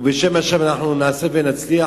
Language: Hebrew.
ובשם השם אנחנו נעשה ונצליח,